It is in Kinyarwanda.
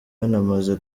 yanamaze